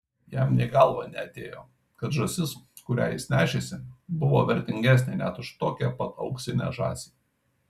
jam nė į galvą neatėjo kad žąsis kurią jis nešėsi buvo vertingesnė net už tokią pat auksinę žąsį